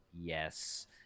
Yes